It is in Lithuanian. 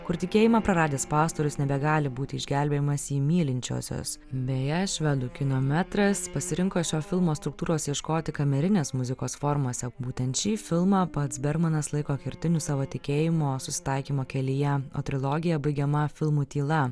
kur tikėjimą praradęs pastorius nebegali būti išgelbėjimas į mylinčiosios beje švedų kino metras pasirinko šio filmo struktūros ieškoti kamerinės muzikos formose būtent šį filmą pats bergmanas laiko kertiniu savo tikėjimo susitaikymo kelyje o trilogija baigiama filmu tyla